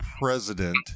president